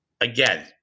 Again